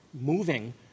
moving